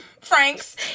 Franks